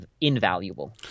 invaluable